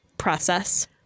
process